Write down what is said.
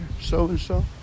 so-and-so